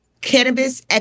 Cannabis